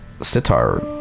sitar